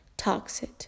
Toxic